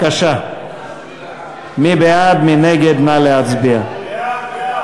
ההצעה להעביר את הצעת חוק הכנסת (מספר